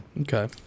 okay